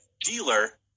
dealer